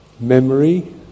memory